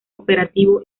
operativo